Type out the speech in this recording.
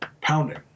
pounding